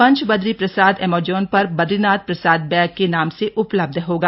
पंच बदरी प्रसाद एमेजॉन पर बदरीनाथ प्रसाद बैग के नाम से उपलब्ध होगा